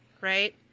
right